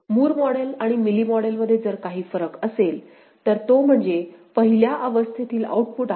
Moore model आणि Mealy model मध्ये जर काही फरक असेल तर तो म्हणजे पहिल्या अवस्थेतील आउटपुट आहे